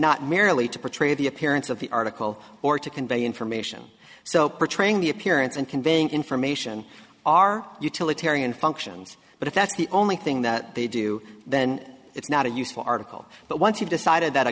not merely to portray the appearance of the article or to convey information so portraying the appearance and conveying information are utilitarian functions but if that's the only thing that they do then it's not a useful article but once you've decided that